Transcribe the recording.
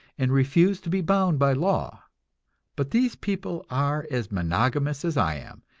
and refuse to be bound by law but these people are as monogamous as i am,